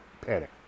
panic